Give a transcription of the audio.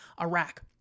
Iraq